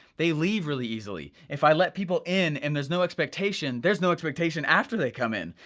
they leave really easily. if i let people in and there's no expectation, there's no expectation after they come in.